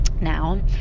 now